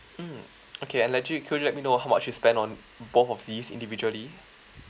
mm okay I let you could you let me know how much you spend on both of these individually